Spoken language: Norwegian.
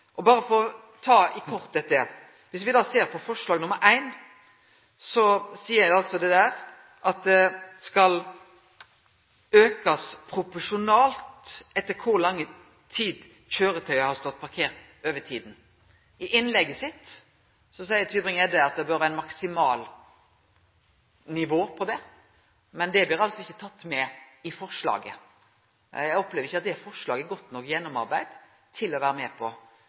For berre å vere kort her: Dersom me ser på forslag nr. 1, står det der at bota skal aukast proporsjonalt etter kor lang tid kjøretøyet har stått parkert over tida. I innlegget sitt seier Tybring-Gjedde at det bør vere eit maksimalnivå på det, men dét blir altså ikkje teke med i forslaget. Eg opplever ikkje at dette forslaget er godt nok gjennomarbeidd til å vere med på.